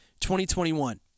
2021